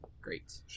Great